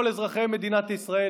כל אזרחי מדינת ישראל,